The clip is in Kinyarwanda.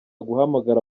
guhamagara